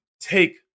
take